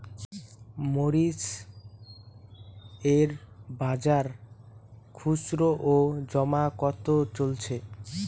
মরিচ এর বাজার খুচরো ও জমা কত চলছে?